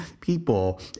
people